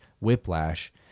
whiplash